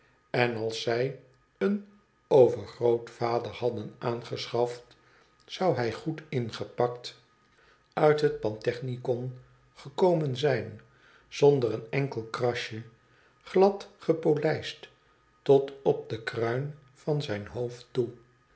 en als zij een overgrootvader hadden aangeschaft zou hij goed ingepakt uit het pantechnicon gekomen zijn zonder een enkel krasje glad gepolijst tot op de kruin van zijn hoofd toe